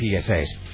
psa's